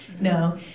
No